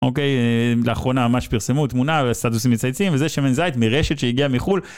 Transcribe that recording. אוקיי, לאחרונה ממש פרסמו תמונה על סטטוסים מצייצים וזה שמן זית מרשת שהגיע מחול.